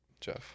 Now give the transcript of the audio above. jeff